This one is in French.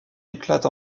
éclate